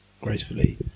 gracefully